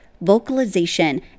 vocalization